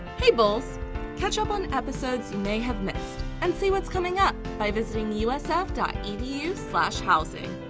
hey bulls catch up on episodes you may have missed and see what's coming up by visiting usf dot edu slash housing.